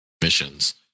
Missions